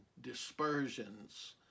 dispersions